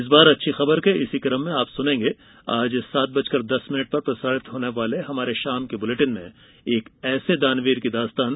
इस बार अच्छी खबर के इसी कम में आप सुनेंगे आज सात बजकर दस मिनिट पर प्रसारित होने वाले हमारे शाम के बुलेटिन में एक ऐसे दानवीर की दास्तान